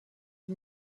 die